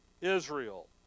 Israel